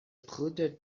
bruder